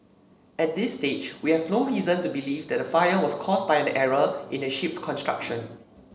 at this stage we have no reason to believe the fire was caused by an error in the ship's construction